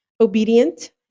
obedient